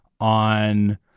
on